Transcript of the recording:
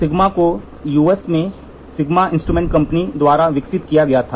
sigma को USA में Sigma instrument company द्वारा विकसित किया गया था